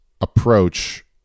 Approach